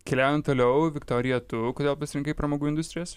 keliaujam toliau viktorija tu kodėl pasirinkai pramogų industrijas